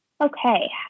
Okay